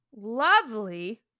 lovely